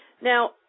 Now